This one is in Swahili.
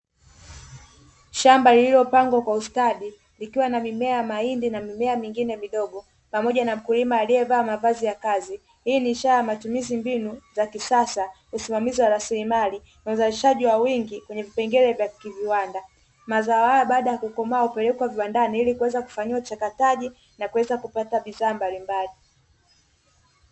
Shamba lililopangwa kwa ustadi likiwa na mimea ya mahindi na mimea mingine midogo, pamoja na mkulima aliyevaa mavazi ya kazi. Hii ni ishara ya matumizi mbinu za kisasa, usimamizi wa rasilimali na uzalishaji wa wingi kwenye vipengele vya kiviwanda. Mazao hayo baada ya kukomaa hupelekwe viwandani ili kuweza kufanyiwa uchakataji na kuweza kupata bidhaa mbalimbali.